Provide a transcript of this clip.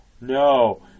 No